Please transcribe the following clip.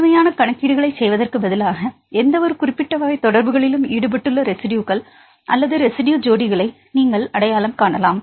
முழுமையான கணக்கீடுகளைச் செய்வதற்குப் பதிலாக எந்தவொரு குறிப்பிட்ட வகை தொடர்புகளிலும் ஈடுபட்டுள்ள ரெஸிட்யுகள் அல்லது ரெஸிட்யு ஜோடிகளை நீங்கள் அடையாளம் காணலாம்